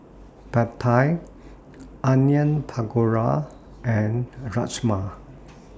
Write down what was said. Pad Thai Onion Pakora and Rajma